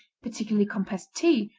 particularly compressed tea,